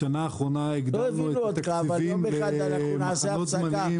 בשנה האחרונה הגדלנו את התקציבים למחנות זמניים.